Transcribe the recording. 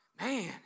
man